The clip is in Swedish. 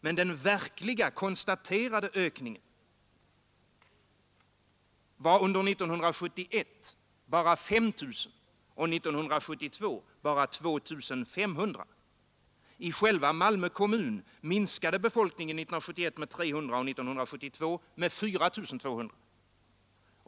Men den verkliga konstaterade ökningen var under 1971 bara 5 000 och 1972 inte större än 2 500. I själva Malmö kommun minskade befolkningen 1971 med 300 och 1972 med 4 200.